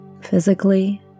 physically